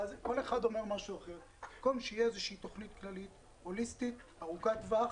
כל אחד אומר משהו אחר במקום שתהיה תוכנית כללית הוליסטית וארוכת טווח.